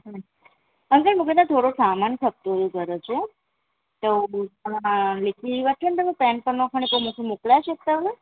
uncle मूंखे न थोरो सामान खपंदो हुओ घर जो त उहो तव्हां लिखी वठंदव पैन पनो खणी पोइ मूंखे मोकलाए छॾंदव न